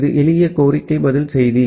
இது எளிய கோரிக்கை பதில் செய்தி